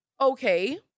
okay